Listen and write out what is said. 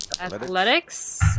Athletics